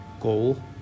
goal